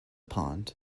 pond